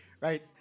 right